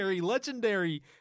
legendary